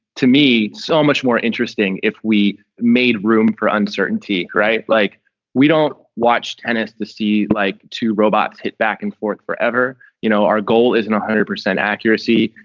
to me so much more interesting if we made room for uncertainty. right. like we don't watched. and it's to see like two robots hit back and forth forever. you know, our goal isn't one hundred percent accuracy.